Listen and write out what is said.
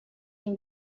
این